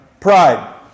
Pride